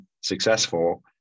successful